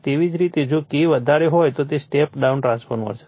તેવી જ રીતે જો K વધારે હોય તો તે સ્ટેપ ડાઉન ટ્રાન્સફોર્મર હશે